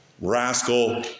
rascal